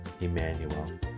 Emmanuel